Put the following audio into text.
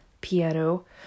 piano